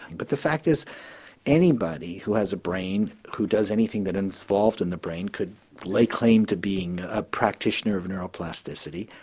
but the fact is anybody who has a brain who does anything that is involved in the brain could lay claim to being a practitioner of neuroplasticity.